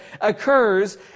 occurs